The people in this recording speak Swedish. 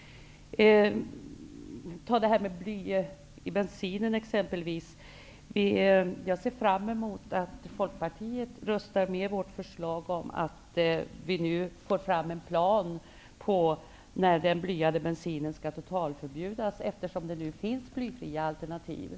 När det exempelvis gäller frågan om bly i bensinen ser jag fram emot att Folkpartiet röstar på vårt förslag om att få fram en plan över när den blyade bensinen skall totalförbjudas, eftersom det nu finns blyfria alternativ.